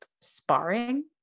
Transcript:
sparring